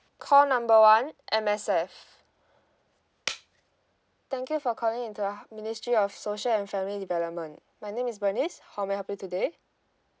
call number one M_S_F thank you for calling into uh ministry of social and family development my name is bernice how may I help you today today